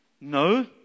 no